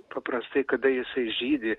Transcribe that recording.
paprastai kada jisai žydi